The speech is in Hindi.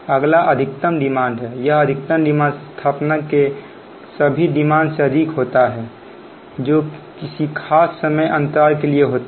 अगला अधिकतम डिमांड हैयह अधिकतम डिमांड स्थापना के सभी डिमांड से अधिक होता है जो किसी खास समय अंतराल के लिए होता है